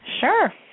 Sure